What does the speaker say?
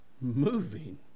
moving